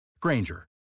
Granger